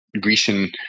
Grecian